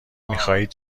میخواهید